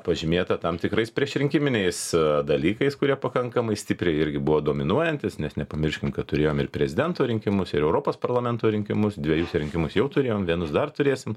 pažymėta tam tikrais priešrinkiminiais dalykais kurie pakankamai stipriai irgi buvo dominuojantys nes nepamirškim kad turėjom ir prezidento rinkimus ir europos parlamento rinkimus dvejus rinkimus jau turėjom vienus dar turėsim